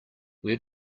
where